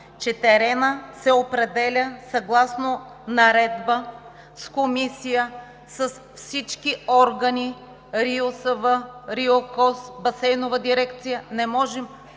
че теренът се определя съгласно наредба, с комисия, с всички органи – РИОСВ, РИОКОЗ, Басейнова дирекция. Не можем